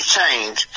change